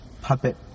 puppet